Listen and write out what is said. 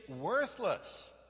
worthless